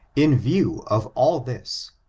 in view of all this,